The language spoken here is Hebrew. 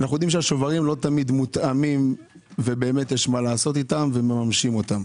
אנו יודעים שהם לא תמיד מותאמים ויש מה לעשות איתם ומממשים אותם.